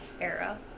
era